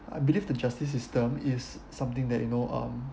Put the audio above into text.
I believe the justice system is something that you know um